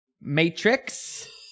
Matrix